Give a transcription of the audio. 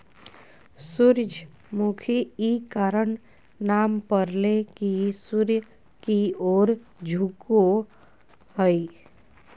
सूरजमुखी इ कारण नाम परले की सूर्य की ओर झुको हइ